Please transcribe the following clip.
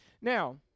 Now